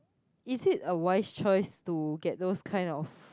is it a wise choice to get those kind of